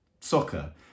soccer